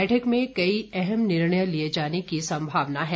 बैठक में कई अहम निर्णय लिये जाने की संभावना है